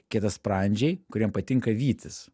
kietasprandžiai kuriem patinka vytis